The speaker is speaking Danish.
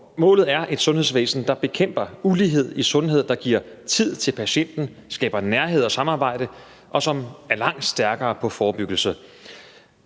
målet er et sundhedsvæsen, der bekæmper ulighed i sundhed, giver tid til patienten, skaber nærhed og samarbejde, og som er langt stærkere, når det